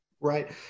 Right